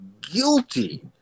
guilty